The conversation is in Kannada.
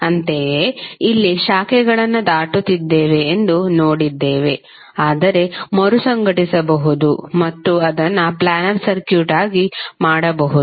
ಅಂತೆಯೇ ಇಲ್ಲಿ ಶಾಖೆಗಳನ್ನು ದಾಟುತ್ತಿದ್ದೇವೆ ಎಂದು ನೋಡಿದ್ದೇವೆ ಆದರೆ ಮರುಸಂಘಟಿಸಬಹುದು ಮತ್ತು ಅದನ್ನು ಪ್ಲ್ಯಾನರ್ ಸರ್ಕ್ಯೂಟ್ಆಗಿ ಮಾಡಬಹುದು